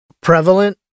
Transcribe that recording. prevalent